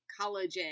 Collagen